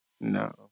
No